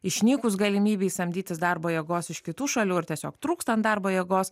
išnykus galimybei samdytis darbo jėgos iš kitų šalių ar tiesiog trūkstant darbo jėgos